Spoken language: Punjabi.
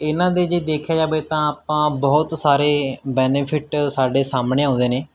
ਇਹਨਾਂ ਦੇ ਜੇ ਦੇਖਿਆ ਜਾਵੇ ਤਾਂ ਆਪਾਂ ਬਹੁਤ ਸਾਰੇ ਬੈਨੀਫਿਟ ਸਾਡੇ ਸਾਹਮਣੇ ਆਉਂਦੇ ਨੇ